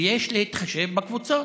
ויש להתחשב בקבוצות.